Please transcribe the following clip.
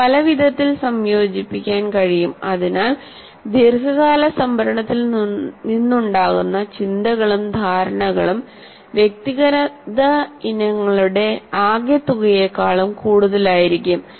അവ പലവിധത്തിൽ സംയോജിപ്പിക്കാൻ കഴിയും അതിനാൽ ദീർഘകാല സംഭരണത്തിൽ നിന്നുണ്ടാകുന്ന ചിന്തകളും ധാരണകളും വ്യക്തിഗത ഇനങ്ങളുടെ ആകെത്തുകയേക്കാളും കൂടുതലായിരിക്കും